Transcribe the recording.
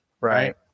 Right